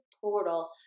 portal